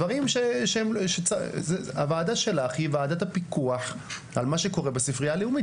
דברים שהוועדה שלך היא וועדת הפיקוח על מה שקורה בספרייה הלאומית,